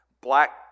Black